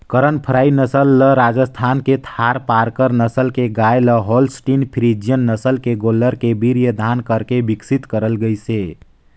करन फ्राई नसल ल राजस्थान के थारपारकर नसल के गाय ल होल्सटीन फ्रीजियन नसल के गोल्लर के वीर्यधान करके बिकसित करल गईसे